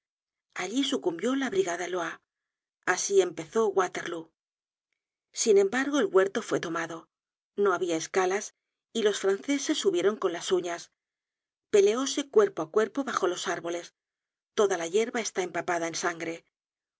empezó waterlóo content from google book search generated at sin embargo el huerto fue tomado no habia escalas y los franceses subieron con las uñas peleóse cuerpo á cuerpo bajo los árboles toda la yerba está empapada en sangre